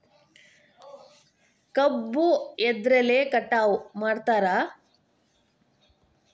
ಕಬ್ಬು ಎದ್ರಲೆ ಕಟಾವು ಮಾಡ್ತಾರ್?